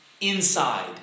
inside